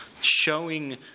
showing